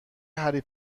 هری